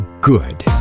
good